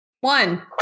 One